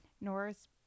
Norris